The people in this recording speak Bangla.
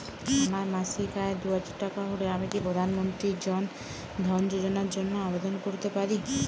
আমার মাসিক আয় দুহাজার টাকা হলে আমি কি প্রধান মন্ত্রী জন ধন যোজনার জন্য আবেদন করতে পারি?